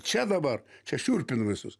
čia dabar čia šiurpinu visus